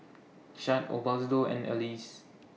Shad Osbaldo and Elyse